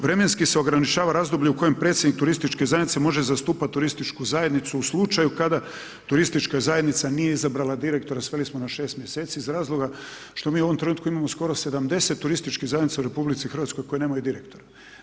Vremenski se ograničava razdoblje u kojem predsjednik turističke zajednice može zastupati turističku zajednicu u slučaju kada turistička zajednica nije izabrala direktora, sveli smo na 6 mj. iz razloga što mi u ovom trenutku imamo skoro 70 turističkih zajednica u RH, koji nemaju direktora.